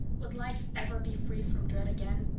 would life ever be free from dread again?